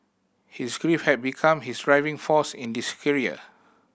his grief had become his driving force in this career